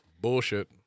Bullshit